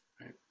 right